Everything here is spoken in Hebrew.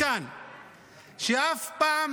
שאף פעם